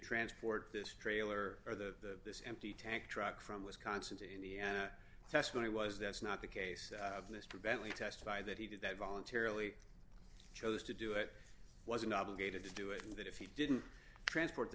transport this trailer or the this empty tank truck from wisconsin to indiana that's what he was that's not the case of mr bentley testify that he did that voluntarily chose to do it wasn't obligated to do it and that if he didn't transport the